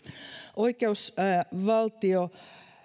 oikeusvaltio